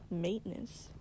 maintenance